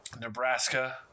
Nebraska